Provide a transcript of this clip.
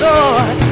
Lord